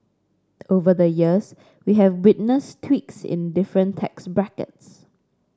over the years we have witnessed tweaks in the different tax brackets